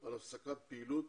על הפסקת פעילות